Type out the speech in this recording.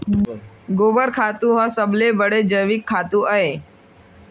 गोबर खातू ह सबले बड़े जैविक खातू अय